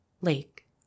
Lake